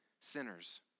sinners